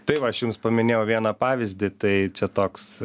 tai va aš jums paminėjau vieną pavyzdį tai čia toks